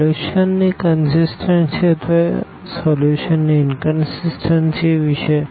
સોલ્યુશનની કનસીસટન્સી અથવા સોલ્યુશનની ઇનકનસીસટન્સી વિશે